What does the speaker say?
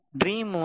dream